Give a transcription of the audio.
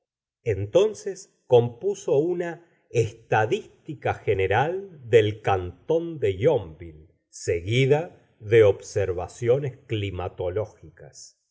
entonces compuso una estadística general del can tón de yonville seguida de observaciones climatológica